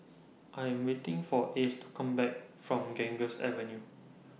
I Am waiting For Ace to Come Back from Ganges Avenue